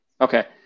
okay